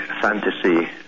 fantasy